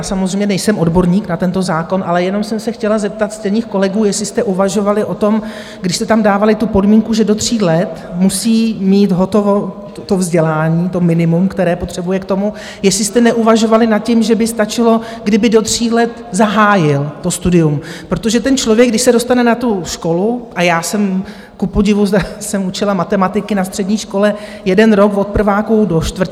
Samozřejmě nejsem odborník na tento zákon, ale jenom jsem se chtěla zeptat ctěných kolegů, jestli jste uvažovali o tom, když jste tam dávali tu podmínku, že do tří let musí mít hotovo to vzdělání, to minimum, které potřebuje k tomu, jestli jste neuvažovali nad tím, že by stačilo, kdyby do tří let zahájil studium, protože ten člověk, když se dostane na školu a já jsem kupodivu učila matematiky na střední škole jeden rok od prváku do čtvrťáku.